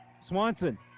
Swanson